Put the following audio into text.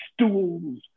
stools